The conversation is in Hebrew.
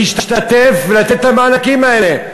להשתתף ולתת את המענקים האלה.